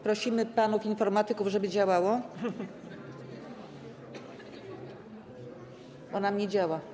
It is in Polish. Prosimy panów informatyków, żeby działało, bo nam nie działa.